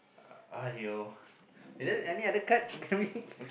!aiyo! is there any other card you tell me